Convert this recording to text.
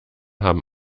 haben